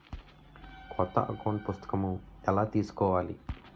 కొత్త అకౌంట్ పుస్తకము ఎలా తీసుకోవాలి?